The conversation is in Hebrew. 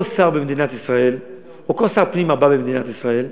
כל שר במדינת ישראל, או כל שר פנים במדינת ישראל,